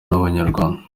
n’abanyarwanda